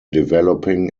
developing